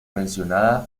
mencionada